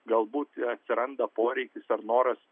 galbūt atsiranda poreikis ar noras